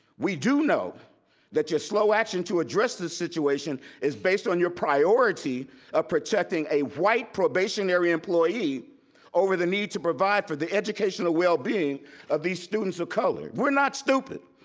we do know that your slow action to address this situation is based on your priority of protecting a white probationary employee over the need to provide for the educational wellbeing of these students of color, we're not stupid.